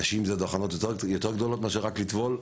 אצל נשים יש הכנות יותר גדולות מאשר רק לטבול.